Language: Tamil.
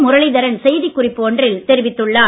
முரளி தரன் செய்தி குறிப்பு ஒன்றில் தெரிவித்துள்ளார்